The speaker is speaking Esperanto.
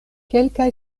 kelkaj